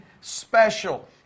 special